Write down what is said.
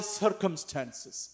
circumstances